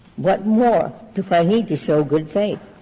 what more do i need to show good faith?